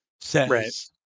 says